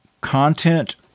content